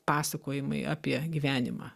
pasakojimai apie gyvenimą